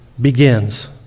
begins